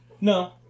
no